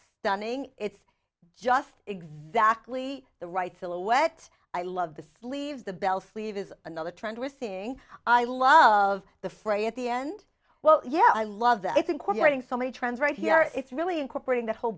stunning it's just exactly the right silhouette i love the sleeves the bell sleeve is another trend we're seeing i love the fray at the end well yeah i love that it's incorporating so many trends right here it's really incorporating the whole